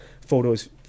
photos